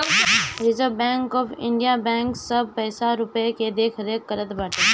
reserve bank of India bank सब पईसा रूपया के देखरेख करत बाटे